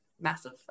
massive